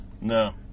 No